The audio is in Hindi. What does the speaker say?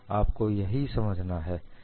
आपको यही समझना है